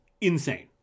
insane